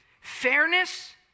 Fairness